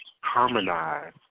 harmonize